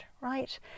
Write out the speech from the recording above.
right